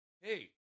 hey